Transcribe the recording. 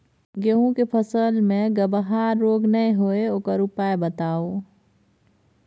गेहूँ के फसल मे गबहा रोग नय होय ओकर उपाय बताबू?